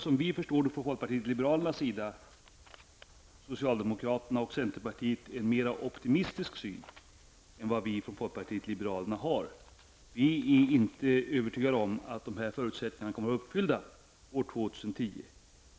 Som vi från folkpartiet liberalerna förstår det har socialdemokraterna och centerpartiet i detta avseende en mer optimistisk syn än vad vi har. Vi är inte övertygade om att dessa förutsättningar kommer att vara uppfyllda år 2010.